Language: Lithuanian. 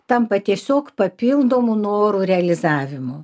tampa tiesiog papildomų norų realizavimu